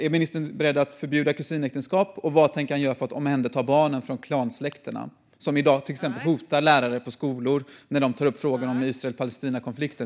Är ministern beredd att förbjuda kusinäktenskap, och vad tänker han göra för att omhänderta barnen från klansläkterna som i dag till exempel hotar lärare på skolor när de tar upp frågan om Israel-Palestina-konflikten?